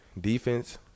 defense